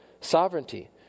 sovereignty